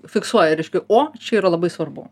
fiksuoja reiškia o čia yra labai svarbu